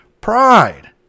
pride